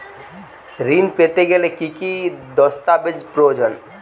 ঋণ পেতে গেলে কি কি দস্তাবেজ প্রয়োজন?